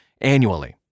annually